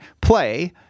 play